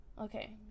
okay